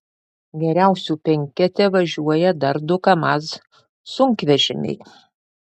geriausių penkete važiuoja dar du kamaz sunkvežimiai